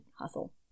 hustle